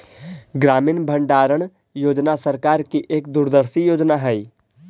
ग्रामीण भंडारण योजना सरकार की एक दूरदर्शी योजना हई